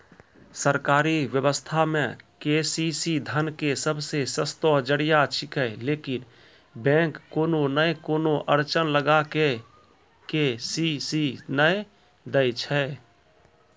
सरकारी व्यवस्था मे के.सी.सी धन के सबसे सस्तो जरिया छिकैय लेकिन बैंक कोनो नैय कोनो अड़चन लगा के के.सी.सी नैय दैय छैय?